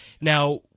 now